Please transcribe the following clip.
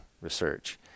research